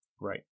Right